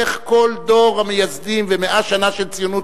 איך כל דור המייסדים ו-100 שנה של ציונות,